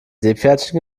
seepferdchen